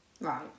Right